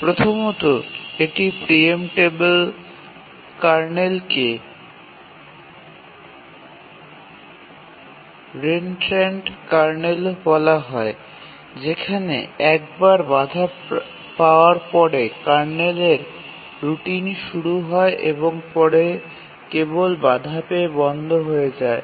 প্রথমত একটি প্রিএম্পটেবিল কার্নেলকে রেনত্রান্ট কার্নেলও বলা হয় যেখানে একবার বাধা পাওয়ার পরে কার্নেলের রুটিন শুরু হয় এবং পরে কেবল বাধা পেয়ে বন্ধ হয়ে যায়